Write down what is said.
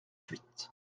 suite